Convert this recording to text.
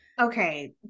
okay